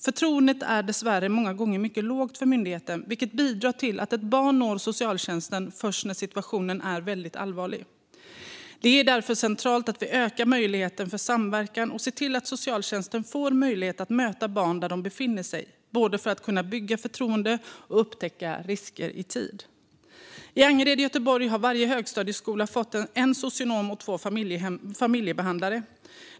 Förtroendet är dessvärre många gånger mycket lågt för myndigheten, vilket bidrar till att ett barn når socialtjänsten först när situationen är allvarlig. Det är därför centralt att vi ökar möjligheten för samverkan och ser till att socialtjänsten får möjlighet att möta barn där de befinner sig, både för att kunna bygga förtroende och upptäcka risker i tid. I Angered i Göteborg har varje högstadieskola fått en socionom och två familjebehandlare.